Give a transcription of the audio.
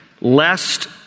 lest